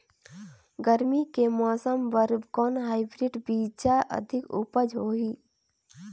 गरमी के मौसम बर कौन हाईब्रिड बीजा अधिक उपज होही?